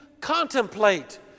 contemplate